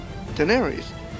Daenerys